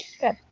Good